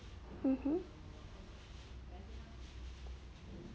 mmhmm